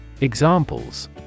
Examples